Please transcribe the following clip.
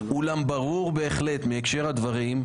אולם ברור בהחלט מהקשר הדברים,